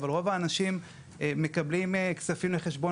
אבל יום האנשים מקבלים כספים לחשבון